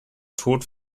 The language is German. tod